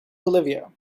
bolivia